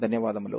ధన్యవాదాలు